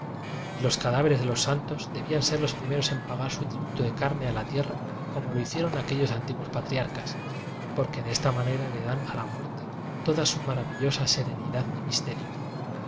y los cadáveres de los santos de bían ser los primeros en pagar su tributo de camea la fierra como lo hicieron aquellos antiguos patriarcas porque desfa manera le dan a la muerte toda su maravillosa sere nidad y